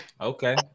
Okay